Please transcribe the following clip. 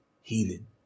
healing